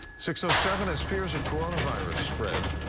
six so seven. as fears of coronavirus spread,